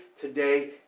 today